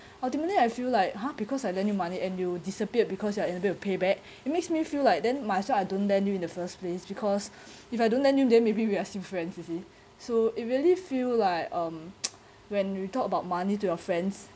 ultimately I feel like !huh! because I lend you money and you disappeared because you are unable to pay back it makes me feel like then for might as well I don't lend you in the first place because if I don't lend you then maybe we are still friends you see so you really feel like um when we talk about money to your friends